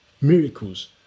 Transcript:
miracles